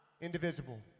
indivisible